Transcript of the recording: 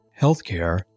healthcare